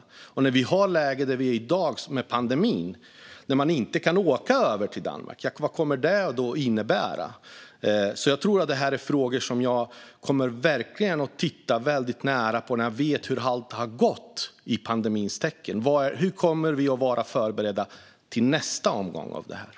Vad kommer det att innebära när vi i dag, i det läge som vi är med pandemin, inte kan åka över till Danmark? Det här är frågor som jag verkligen kommer att titta väldigt nära på när jag vet hur allt har gått i pandemins tecken. Hur kommer vi att vara förberedda till nästa omgång av pandemin?